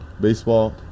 Baseball